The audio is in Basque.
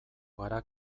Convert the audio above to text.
gara